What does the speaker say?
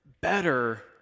better